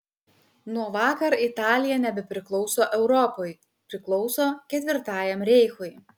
nuo vakar italija nebepriklauso europai priklauso ketvirtajam reichui